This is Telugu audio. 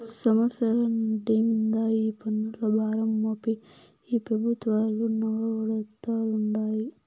సామాన్యుల నడ్డి మింద ఈ పన్నుల భారం మోపి ఈ పెబుత్వాలు సావగొడతాండాయి